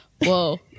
Whoa